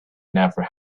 never